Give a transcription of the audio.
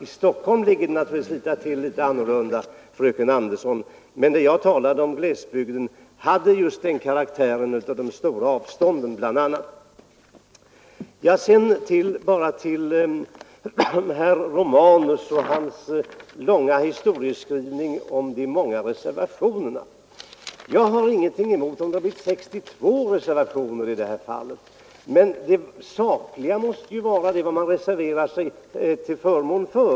I Stockholm ligger det naturligtvis annorlunda till, fröken Andersson, men det jag sade om glesbygden gällde bl.a. just de stora avstånden. Sedan till herr Romanus och hans långa historieskrivning när det gällde de många reservationerna. Om det så hade blivit 62 reservationer så skulle jag inte ha haft någonting emot det. Men det viktiga måste ju vara det sakliga innehållet i reservationerna, vad man reserverar sig till förmån för.